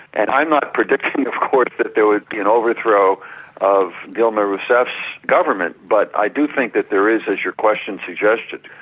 and i'm not predicting of course that there would be an overthrow of dilma rousseff's government, but i do think that there is, as your question suggested,